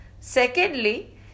Secondly